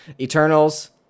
Eternals